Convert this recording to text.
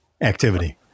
activity